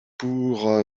pourra